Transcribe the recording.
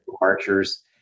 Archers